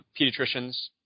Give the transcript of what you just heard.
pediatricians